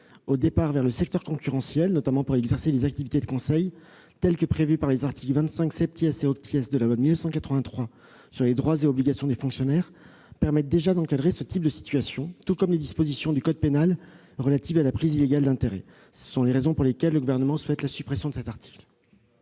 au départ vers le secteur concurrentiel, notamment en vue d'exercer des activités de conseil, telles qu'elles sont prévues par les articles 25 et 25 de la loi du 13 juillet 1983 portant droits et obligations des fonctionnaires, permettent déjà d'encadrer ce type de situations, tout comme les dispositions du code pénal relatives à la prise illégale d'intérêts. Pour toutes ces raisons, le Gouvernement souhaite la suppression de cet article.